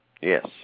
Yes